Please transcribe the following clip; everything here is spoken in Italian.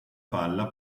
palla